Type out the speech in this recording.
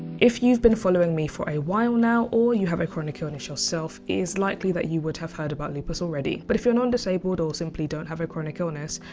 if you've been following me for a while now or you have a chronic illness yourself it is likely that you would have heard about lupus already. but if you're not disabled or simply don't have a chronic illness,